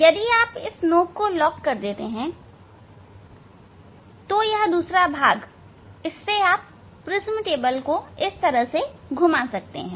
यदि आप इस नॉब को लॉक कर देते हैं तो यह दूसरा भाग है इससे आप प्रिज्म टेबल को घुमा सकते हैं